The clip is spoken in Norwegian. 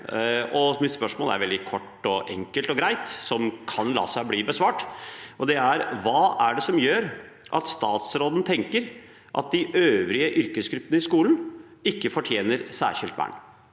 Mitt spørsmål er veldig kort, enkelt og greit og kan la seg bli besvart. Det er: Hva gjør at statsråden tenker at de øvrige yrkesgruppene i skolen ikke fortjener et særskilt vern?